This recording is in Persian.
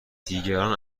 دیگران